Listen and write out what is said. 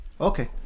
Okay